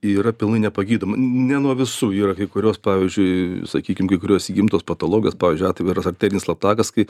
yra pilnai nepagydoma ne nuo visų yra kai kurios pavyzdžiui sakykim kai kurios įgimtos patologijos pavyzdžiui atviras arterinis latakas kai